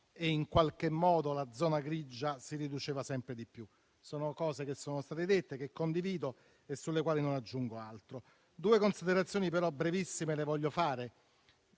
e che la zona grigia si riduceva sempre di più. Sono cose che sono state dette, che condivido e sulle quali non aggiungo altro. Due considerazioni però brevissime le voglio fare,